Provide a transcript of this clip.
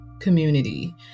community